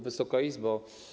Wysoka Izbo!